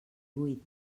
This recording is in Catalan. huit